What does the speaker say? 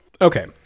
Okay